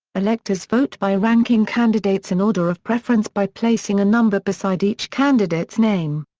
electors vote by ranking candidates in order of preference by placing a number beside each candidate's name.